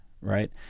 right